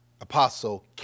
Apostle